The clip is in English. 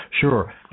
Sure